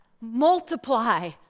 Multiply